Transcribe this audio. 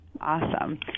Awesome